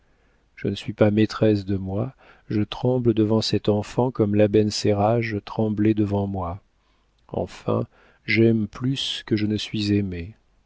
je ne suis pas maîtresse de moi je tremble devant cet enfant comme l'abencerrage tremblait devant moi enfin j'aime plus que je ne suis aimée